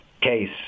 case